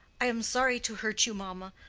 i am sorry to hurt you, mamma.